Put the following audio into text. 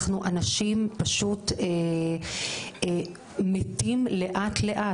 אנשים פשוט מתים לאט לאט,